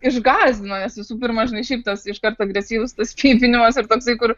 išgąsdino nes visų pirma žinai šiaip tas iškart agresyvus tas pypinimas ir toksai kur